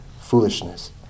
foolishness